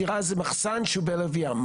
סירה זה מחסן שהוא בלב ים.